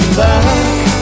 back